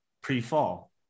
pre-fall